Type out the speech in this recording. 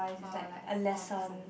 or like more personal